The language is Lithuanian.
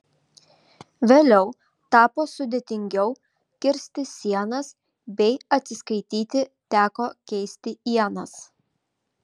vėliau tapo sudėtingiau kirsti sienas bei atsiskaityti teko keisti ienas